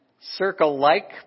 Circle-like